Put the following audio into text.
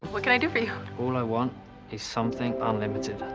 what can i do for you? all i want is something um unlimited.